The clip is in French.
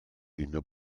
une